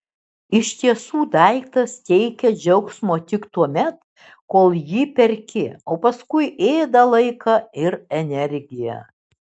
iš tiesų daiktas teikia džiaugsmo tik tuomet kol jį perki o paskui ėda laiką ir energiją